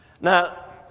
Now